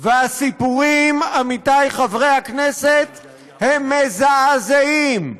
והסיפורים, עמיתי חברי הכנסת, הם מזעזעים.